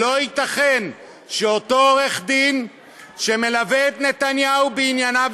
לא ייתכן שאותו עורך-דין שמלווה את נתניהו בענייניו